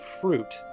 fruit